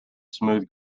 smooth